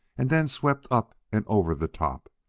and then swept up and over the top.